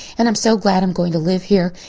and i'm so glad i'm going to live here.